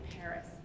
Paris